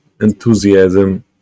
enthusiasm